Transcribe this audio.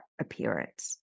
appearance